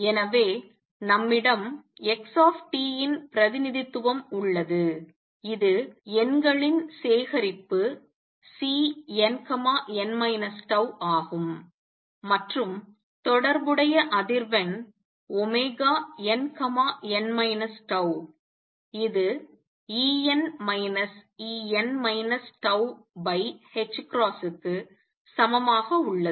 எனவே நம்மிடம் xன் பிரதிநிதித்துவம் உள்ளது இது எண்களின் சேகரிப்பு Cnn τ ஆகும் மற்றும் தொடர்புடைய அதிர்வெண் nn τ இது En En τℏ க்கு சமமாக உள்ளது